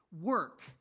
work